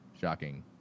shocking